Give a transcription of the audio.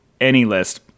AnyList